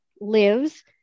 lives